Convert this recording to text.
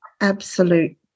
absolute